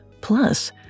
Plus